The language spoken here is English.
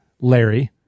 Larry